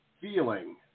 feeling